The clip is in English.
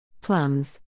Plums